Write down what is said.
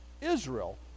Israel